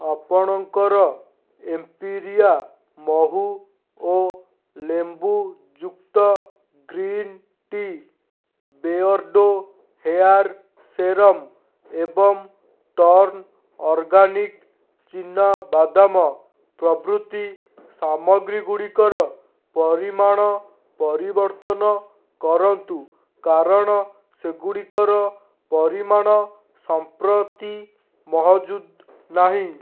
ଆପଣଙ୍କର ଏମ୍ପିରିଆ ମହୁ ଓ ଲେମ୍ବୁ ଯୁକ୍ତ green tea Beardo hair serum ଏବଂ ଟର୍ନ୍ ଅର୍ଗାନିକ୍ ଚିନା ବାଦାମ ପ୍ରଭୃତି ସାମଗ୍ରୀ ଗୁଡ଼ିକର ପରିମାଣ ପରିବର୍ତ୍ତନ କରନ୍ତୁ କାରଣ ସେଗୁଡ଼ିକର ପରିମାଣ ସମ୍ପ୍ରତି ମହଜୁଦ ନାହିଁ